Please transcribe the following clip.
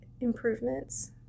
improvements